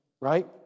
right